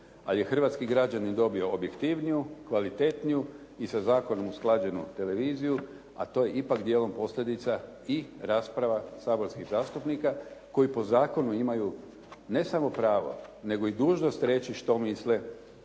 ali je hrvatski građanin dobio objektivniju, kvalitetniju i sa zakonom usklađenu televiziju a to je ipak djelom posljedica i rasprava saborskih zastupnika koji po zakonu imaju ne samo pravo nego i dužnost reći što misle o